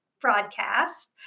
broadcast